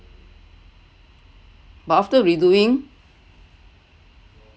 but after redoing